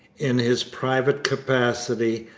in his private capacity,